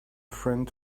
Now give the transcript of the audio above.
friend